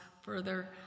further